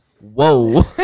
Whoa